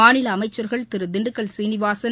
மாநில அமைச்சர்கள் திரு திண்டுக்கல் சீனிவாசன்